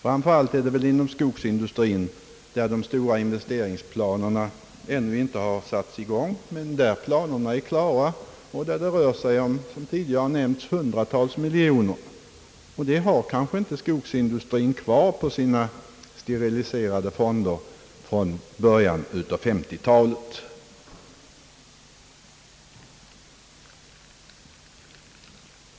Framför allt är detta väl fallet inom skogsindustrin, där de stora investeringarna ännu inte har satts i gång men där planerna är klara och där det, som tidigare nämnts, rör sig om hundratals miljoner. Så stora belopp kanske skogsindustrin inte har kvar i sina steriliserade fonder från början av 1950-talet.